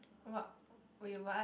what wait what